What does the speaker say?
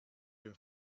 you